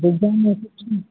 डिजाइनूं सुठी